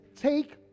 take